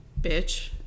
bitch